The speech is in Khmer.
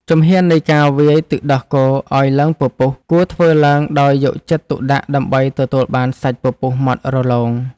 ជំហាននៃការវាយទឹកដោះគោឱ្យឡើងពពុះ គួរធ្វើឡើងដោយយកចិត្តទុកដាក់ដើម្បីទទួលបានសាច់ពពុះម៉ត់រលោង។